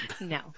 No